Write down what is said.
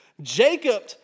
Jacob